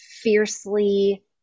fiercely